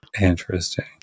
interesting